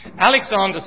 Alexander